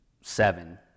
Seven